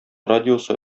радиосы